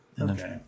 okay